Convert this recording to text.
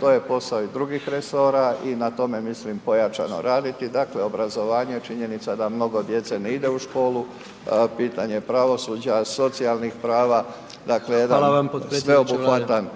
to je posao i drugih resora i na tome mislim pojačano raditi. Dakle, obrazovanje, činjenica da mnogo djece ne ide u školu, pitanje pravosuđa, socijalnih prava, dakle jedan